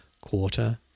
quarter